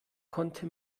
konnte